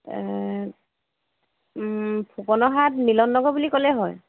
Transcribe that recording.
ফুকন ৰহাত মিলন নগৰ বুলি ক'লেই হয়